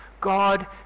God